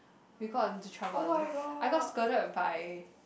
we got into trouble a I got scolded by